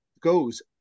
goes